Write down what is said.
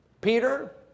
Peter